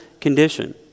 condition